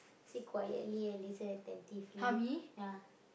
sit quietly and listen attentively ah